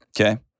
okay